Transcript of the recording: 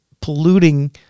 polluting